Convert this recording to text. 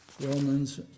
Romans